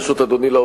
ברשות אדוני,